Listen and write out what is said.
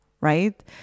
right